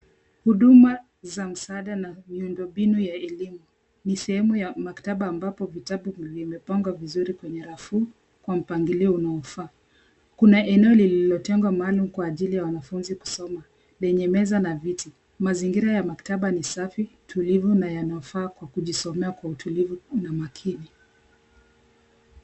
Huduma za msaada na miundombinu ya elimu ni sehemu ya maktaba ambapo vitabu vimepangwa vizuri kwenye rafu kwa mpangilio unaofaa , kuna eneo lililotengwa maalum kwa ajili ya wanafunzi kusoma lenye meza na viti, mazingira ya maktaba ni safi, tulivu na yanafaa kwa kujisomea kwa utulivu na makini.